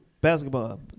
Basketball